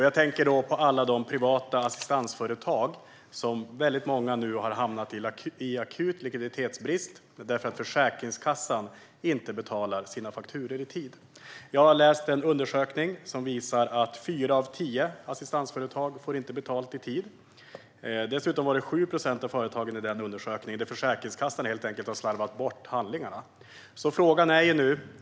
Jag tänker på alla de privata assistansföretag som nu har hamnat i akut likviditetsbrist därför att Försäkringskassan inte betalar sina fakturor i tid. Jag har läst en undersökning som visar att fyra av tio assistansföretag inte får betalt i tid. Dessutom visade undersökningen att Försäkringskassan helt enkelt har slarvat bort handlingarna för 7 procent av företagen.